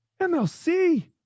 MLC